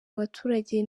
abaturage